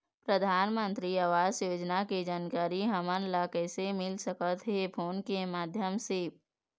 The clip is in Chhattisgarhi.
परधानमंतरी आवास योजना के जानकारी हमन ला कइसे मिल सकत हे, फोन के माध्यम से?